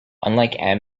unlike